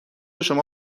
شما